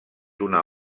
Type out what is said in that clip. una